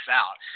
out